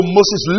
Moses